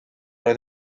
oedd